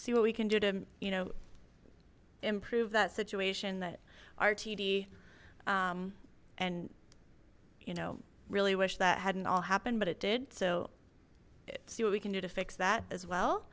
see what we can do to you know improve that situation that rtd and you know really wish that hadn't all happened but it did so see what we can do to fix that as well